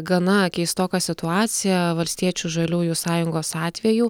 gana keistoką situaciją valstiečių žaliųjų sąjungos atveju